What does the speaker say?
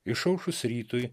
išaušus rytui